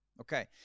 Okay